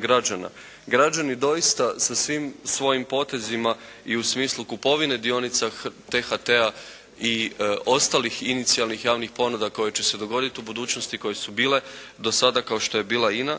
građana, građani doista sa svim svojim potezima i u smislu kupovina dionica T-HT-a i ostalih inicijalnih javnih ponuda koje će se dogoditi u budućnosti koje su bile do sada kao što je bila INA,